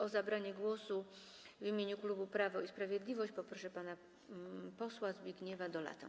O zabranie głosu w imieniu klubu Prawo i Sprawiedliwość poproszę pana posła Zbigniewa Dolatę.